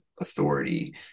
authority